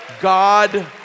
God